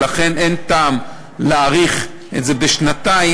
ולכן אין טעם להאריך את החוק הזה